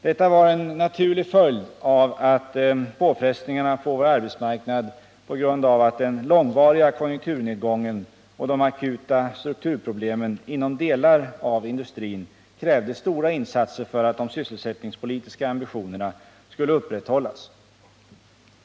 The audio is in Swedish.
Detta var en naturlig följd av att påfrestningarna på vår arbetsmarknad på grund av att den långvariga konjunkturnedgången och de akuta strukturproblemen inom delar av industrin krävde stora insatser för att de sysselsättningspolitiska ambitionerna skulle upprätthållas.